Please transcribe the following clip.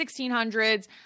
1600s